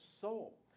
soul